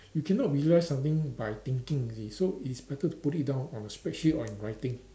you cannot visualise something by thinking you see so it is better to put it down on a spreadsheet or in writing